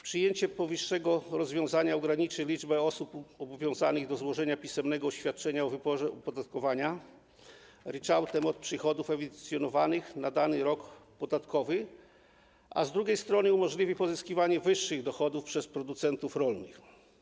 Przyjęcie powyższego rozwiązania ograniczy liczbę osób obowiązanych do złożenia pisemnego oświadczenia o wyborze opodatkowania ryczałtem od przychodów ewidencjonowanych na dany rok podatkowy, a z drugiej strony umożliwi pozyskiwanie wyższych dochodów przez producentów rolnych.